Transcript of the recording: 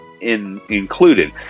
included